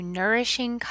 nourishing